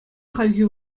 хальхи